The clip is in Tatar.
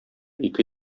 ике